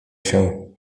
się